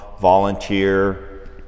volunteer